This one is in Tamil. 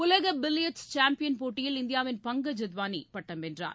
உலக பில்லியட்ஸ் சாம்பியன் போட்டியில் இந்தியாவின் பங்கஜ் அத்வானி பட்டம் வென்றார்